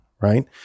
right